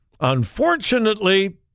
Unfortunately